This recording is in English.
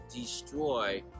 destroy